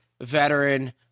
veteran